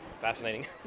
fascinating